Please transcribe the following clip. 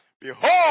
Behold